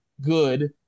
good